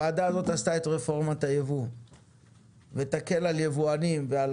הוועדה הזאת עשתה את רפורמת הייבוא ותקל על יבואנים ועל